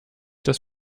das